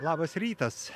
labas rytas